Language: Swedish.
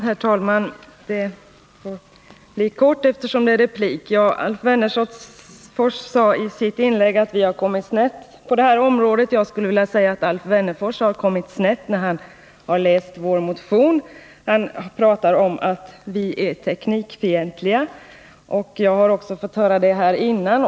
Herr talman! Alf Wennerfors sade att vi har kommit snett på det här området. Jag skulle vilja säga att Alf Wennerfors har kommit snett när han har läst vår motion. Han talar om att vi är teknikfientliga, och det har jag också fått höra tidigare.